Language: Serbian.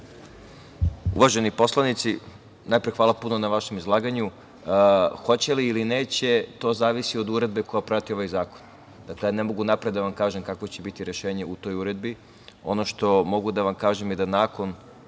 Uvaženi poslanici, najpre hvala puno na vašem izlaganju. Hoće li ili neće, to zavisi od uredbe koja prati ovaj zakon. Dakle, ja ne mogu unapred da vam kažem kakvo će biti rešenje u toj uredbi. Ono što mogu da vam kažem jeste da nakon